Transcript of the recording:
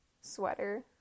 sweater